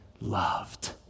loved